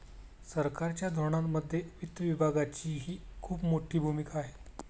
सरकारच्या धोरणांमध्ये वित्त विभागाचीही खूप मोठी भूमिका आहे